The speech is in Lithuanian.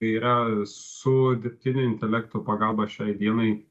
yra su dirbtinio intelekto pagalba šiai dienai